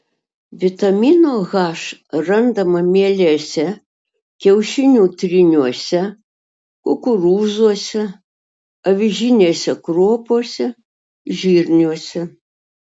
vitamino h randama mielėse kiaušinių tryniuose kukurūzuose avižinėse kruopose žirniuose